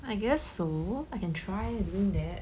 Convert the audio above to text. I guess so I can try doing that